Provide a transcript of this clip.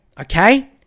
Okay